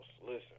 listen